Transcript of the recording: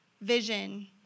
vision